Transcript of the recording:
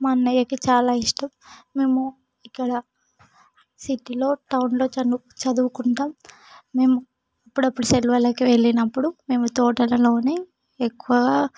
మా అన్నయ్యకి చాలా ఇష్టం మేము ఇక్కడ సిటీలో టౌన్లో చదువు చదువుకుంటాము మేము అప్పుడప్పుడు సెలవులకి వెళ్ళినప్పుడు మేము తోటలలోనే ఎక్కువగా